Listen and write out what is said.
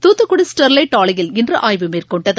Thoothukudi Sterlite ஆலையில் இன்றுஆய்வு மேற்கொண்டது